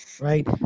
right